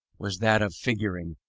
was that of figuring,